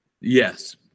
Yes